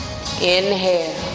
inhale